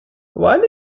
while